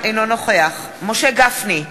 אינו נוכח משה גפני,